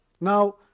Now